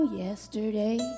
yesterday